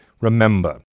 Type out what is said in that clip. Remember